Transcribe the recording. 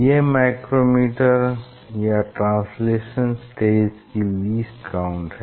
यह माइक्रोमीटर या translational stage की लीस्ट काउंट है